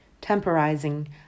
Temporizing